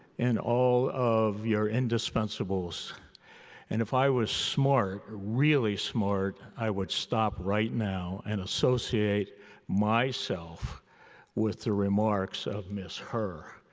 and all of your indispensibles. and if i was smart, really smart, i would stop right now and associate myself with the remarks of miss herr.